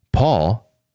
Paul